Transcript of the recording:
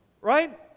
Right